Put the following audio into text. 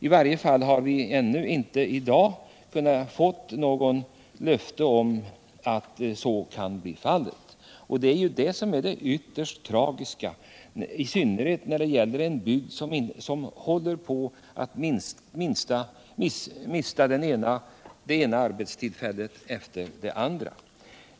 I varje fall har vi ännu i dag inte | fått något löfte om att så inte kan ske. Detta är ytterst tragiskt, i synnerhet ien | bygd som mister det ena arbetstillfället efter det andra.